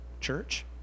Church